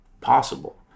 possible